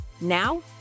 Now